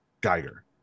Geiger